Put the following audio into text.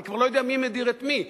אני כבר לא יודע מי מדיר את מי.